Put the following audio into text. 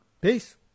Peace